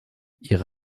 ihre